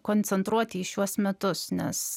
koncentruoti į šiuos metus nes